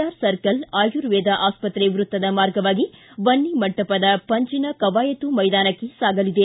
R circle ಅಯುರ್ವೇದ ಆಸ್ಪತ್ರೆ ವೃತ್ತದ ಮಾರ್ಗವಾಗಿ ಬನ್ನಿಮಂಟಪದ ಪಂಜಿನ ಕವಾಯತು ಮೈದಾನಕ್ಕೆ ಸಾಗಲಿದೆ